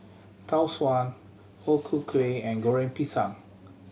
Tau Suan O Ku Kueh and Goreng Pisang